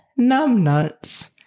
numbnuts